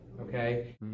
Okay